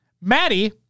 Maddie